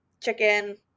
chicken